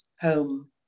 home